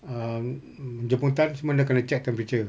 um jemputan semua dia kena check temperature